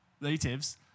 Natives